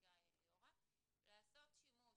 שמציגה ליאורה, לעשות שימוש